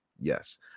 Yes